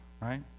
right